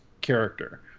character